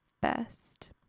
best